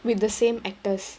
with the same actors